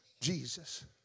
Jesus